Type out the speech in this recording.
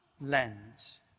lens